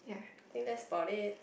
think that's about it